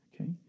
Okay